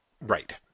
right